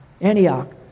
Antioch